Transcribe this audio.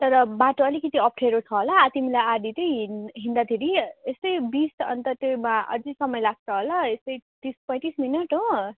तर बाटो अलिकति अप्ठ्यारो छ होला तिमीलाई आधा चाहिँ हिँड्दाखेरि यस्तै बिस अन्त त्यो बा अझै समय लाग्छ होला यस्तै तिस पैँतिस मिनेट हो